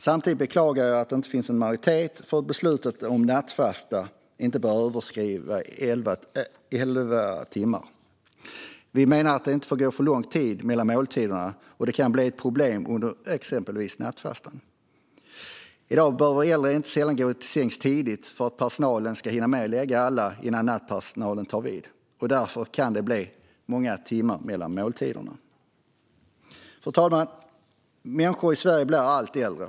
Samtidigt beklagar jag att det inte finns en majoritet för att besluta om att nattfastan inte bör överskrida elva timmar. Vi menar att det inte får gå för lång tid mellan måltiderna, och det kan bli ett problem under exempelvis nattfastan. De äldre behöver inte sällan gå till sängs tidigt för att personalen ska hinna med att lägga alla innan nattpersonalen tar vid. Därför kan det bli många timmar mellan måltiderna. Fru talman! Människor i Sverige blir allt äldre.